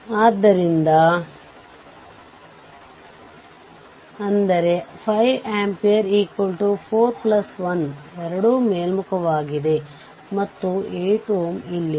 ಆದ್ದರಿಂದ ಆ ಸಂದರ್ಭದಲ್ಲಿ ಇದು VThevenin ಎಂದರೆ ಇದು ಮತ್ತು ಗ್ರೌಂಡ್ ಆಗಿದೆ